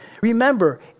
Remember